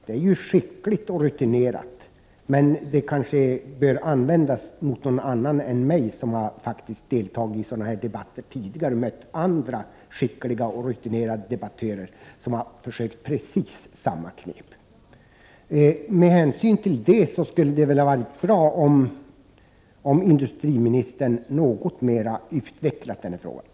Det är ju skickligt och rutinerat, men en sådan metod kanske bör användas mot någon annan än mig, som faktiskt har deltagit i sådana här debatter tidigare och mött andra skickliga och rutinerade debattörer som har försökt precis samma knep. Därför skulle det ha varit bra om industriministern något mera hade utvecklat den här frågan.